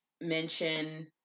mention